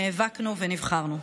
נאבקנו ונבחרנו.